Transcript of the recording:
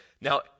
Now